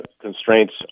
constraints